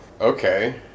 okay